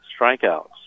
strikeouts